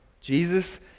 Jesus